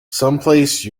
someplace